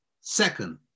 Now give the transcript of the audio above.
Second